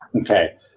Okay